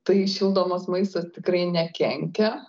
tai šildomas maistas tikrai nekenkia